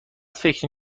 فکری